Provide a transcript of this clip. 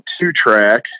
two-track